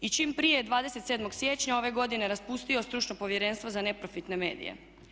I čim prije 27. siječnja ove godine raspustio stručno povjerenstvo za neprofitne medije.